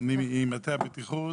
אני ממטה הבטיחות,